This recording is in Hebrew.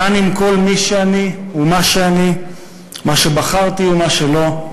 כאן עם כל מי שאני ומה שאני, מה שבחרתי ומה שלא,